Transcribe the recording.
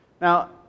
Now